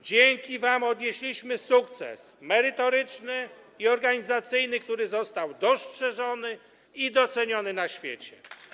Dzięki wam odnieśliśmy sukces merytoryczny i organizacyjny, który został dostrzeżony i doceniony na świecie.